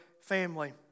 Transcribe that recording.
family